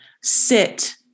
sit